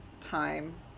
time